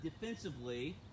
defensively